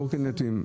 מקורקינטים.